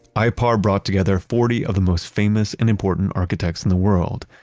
ah ipar brought together forty of the most famous and important architects in the world,